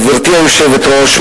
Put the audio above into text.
גברתי היושבת-ראש,